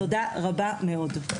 תודה רבה מאוד.